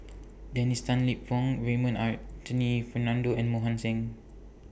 Dennis Tan Lip Fong Raymond Anthony Fernando and Mohan Singh